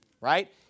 right